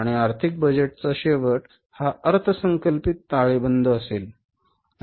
आणि आर्थिक बजेटचा शेवट हा अर्थसंकल्पित ताळेबंद असेल